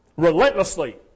relentlessly